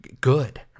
good